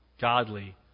godly